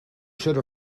should